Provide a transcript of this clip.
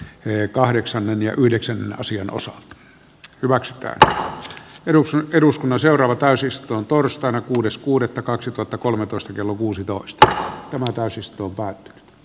miehet kahdeksannen ja yhdeksännen sijan osasto lagström medusan eduskunnan seuraava täysistuntoon torstaina kuudes kuudetta kaksituhattakolmetoista kilpailevia uutisia nähdään